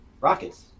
Rockets